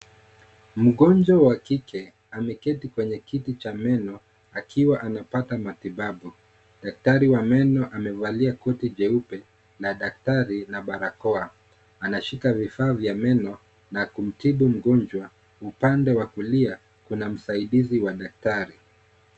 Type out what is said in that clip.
Mgonjwa wa kike, ameketi kwenye kiti cha meno, akiwa anapata matibabu. Daktari wa meno amevalia koti jeupe, na daktari na barakoa. Anashika vifaa vya meno na kumtibu mgonjwa. Upande wa kulia, kuna msaidizi wa daktari.